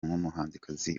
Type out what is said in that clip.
nk’umuhanzi